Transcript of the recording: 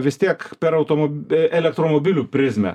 vis tiek per automo e elektromobilių prizmę